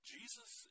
Jesus